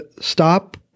stop